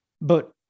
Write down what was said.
but-